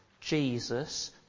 Jesus